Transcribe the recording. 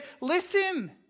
listen